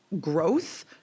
growth